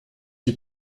die